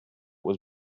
was